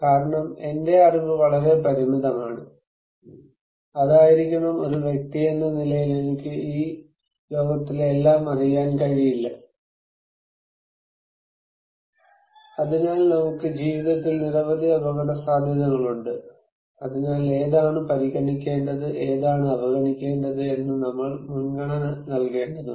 കാരണം എന്റെ അറിവ് വളരെ പരിമിതമാണ് അതായിരിക്കണം ഒരു വ്യക്തിയെന്ന നിലയിൽ എനിക്ക് ഈ ലോകത്തിലെ എല്ലാം അറിയാൻ കഴിയില്ല അതിനാൽ നമുക്ക് ജീവിതത്തിൽ നിരവധി അപകടസാധ്യതകളുണ്ട് അതിനാൽ ഏതാണ് പരിഗണിക്കേണ്ടത് ഏതാണ് അവഗണിക്കേണ്ടത് എന്ന് നമ്മൾ മുൻഗണന നൽകേണ്ടതുണ്ട്